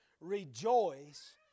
rejoice